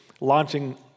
launching